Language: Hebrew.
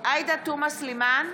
עאידה תומא סלימאן,